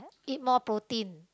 eat more protein